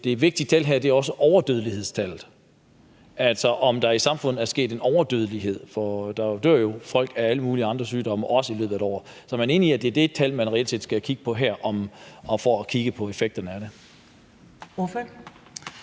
det vigtige tal her også er overdødelighedstallet, altså om der har været en overdødelighed i samfundet? For der dør jo også folk af alle mulige andre sygdom i løbet af et år. Så er man enig i, at det er det tal, man reelt skal kigge på her for at se på effekterne af det?